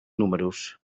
números